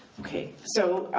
okay, so,